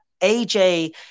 AJ